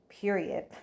period